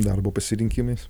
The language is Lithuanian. darbo pasirinkimais